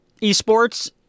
esports